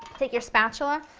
take your spatula,